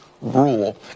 rule